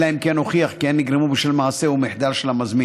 אלא אם כן הוכיח כי הן נגרמו בשל מעשה או מחדל של המזמין.